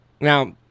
Now